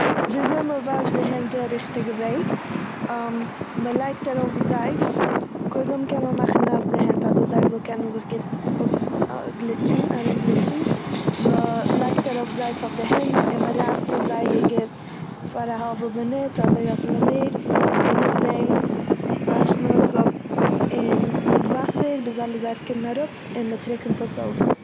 וויזוי מ'וואשט די הענט די ריכטיגע וועג. מ'לייגט ארויף זייף- קודם קען מען מאכן נאס די הענט אז די זייף זאל קענען זיך גוט אפוו- גליטשן- ארומגליטשן, מ'לייגט ארויף זייף אויף די הענט און מ'רייבט עס זייער גוט פאר א האלבע מונוט אדער אפילו מער, און נאכדעם וואשט מען עס אפ אין- מיט וואסער ביז אלע זייף קומען אראפ, און מ'טריקנט עס אויס.